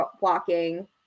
walking